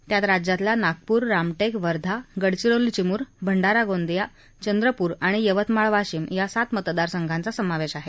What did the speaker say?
त्यात राज्यातल्या नागपूर रामटेक वर्धा गडचिरोली चिमूर भंडारा गोंदिया चंद्रपूर आणि यवतमाळ वाशिम या सात मतदारसंघाचा समावेश आहे